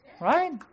Right